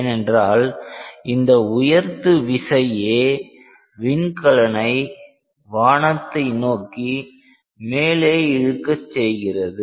ஏனென்றால் இந்த உயர்த்து விசையே விண்கலனை வானத்தை நோக்கி மேலே இழுக்க செய்கிறது